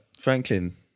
Franklin